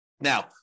Now